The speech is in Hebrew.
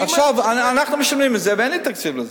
אנחנו משלמים את זה ואין לי תקציב לזה.